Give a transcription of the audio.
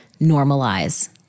normalize